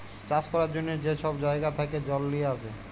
চাষ ক্যরার জ্যনহে যে ছব জাইগা থ্যাকে জল লিঁয়ে আসে